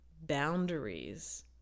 boundaries